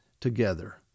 together